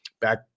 back